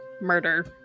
murder